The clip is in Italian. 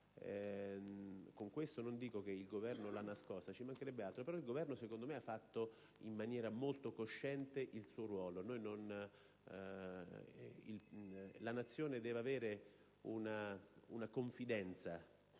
Con questo non dico che il Governo l'ha nascosta, ci mancherebbe altro. Secondo me, però, il Governo ha fatto in maniera molto cosciente il suo ruolo. La Nazione deve avere fiducia